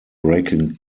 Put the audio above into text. breaking